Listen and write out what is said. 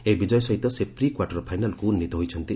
ଏହି ବିଜୟ ସହିତ ସେ ପ୍ରି କ୍ୱାର୍ଟର ଫାଇନାଲ୍କୁ ଉନ୍ନୀତ ହୋଇଛନ୍ତି